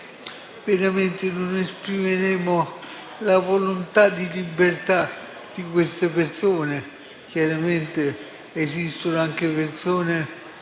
veramente non esprimeremo la volontà di libertà di queste persone. Chiaramente, esistono anche persone